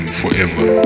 forever